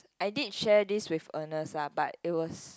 I did share this with Ernest lah but it was